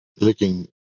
licking